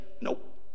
nope